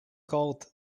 called